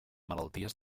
malalties